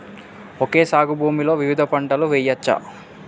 Okay సాగు భూమిలో వివిధ పంటలు వెయ్యచ్చా?